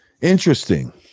Interesting